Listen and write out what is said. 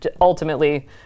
ultimately